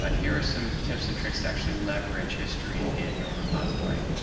but here are some tips and tricks to actually leverage history in your repository.